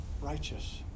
righteous